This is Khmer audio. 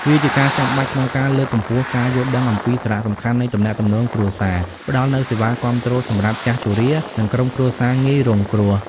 វាជាការចាំបាច់ក្នុងការលើកកម្ពស់ការយល់ដឹងអំពីសារៈសំខាន់នៃទំនាក់ទំនងគ្រួសារ ផ្ដល់នូវសេវាគាំទ្រសម្រាប់ចាស់ជរា និងក្រុមគ្រួសារងាយរងគ្រោះ។